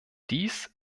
dies